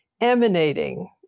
emanating